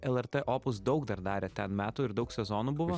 lrt opus daug dar darė ten metų ir daug sezonų buvo